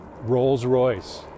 Rolls-Royce